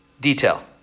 detail